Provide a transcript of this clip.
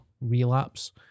relapse